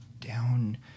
down